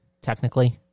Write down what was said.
technically